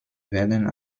werden